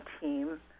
team